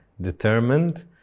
determined